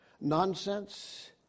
nonsense